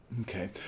Okay